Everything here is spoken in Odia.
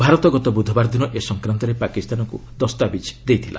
ଭାରତ ଗତ ବ୍ରଧବାର ଦିନ ଏ ସଂକ୍ରାନ୍ତରେ ପାକିସ୍ତାନକ୍ ଦସ୍ତାବିଜ୍ ଦେଇଥିଲା